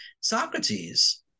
Socrates